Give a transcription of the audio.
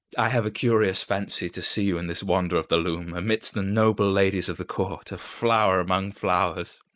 i have a curious fancy to see you in this wonder of the loom amidst the noble ladies of the court, a flower among flowers.